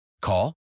Call